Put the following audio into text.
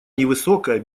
невысокая